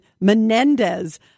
Menendez